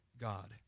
God